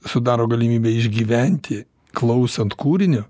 sudaro galimybę išgyventi klausant kūrinį